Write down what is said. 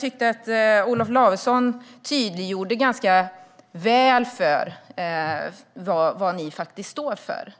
tyckte att Olof Lavesson tydliggjorde ganska väl vad ni står för.